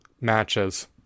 matches